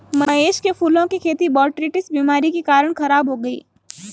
महेश के फूलों की खेती बोटरीटिस बीमारी के कारण खराब हो गई